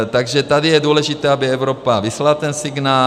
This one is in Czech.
Takže tady je důležité, aby Evropa vyslala ten signál.